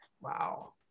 wow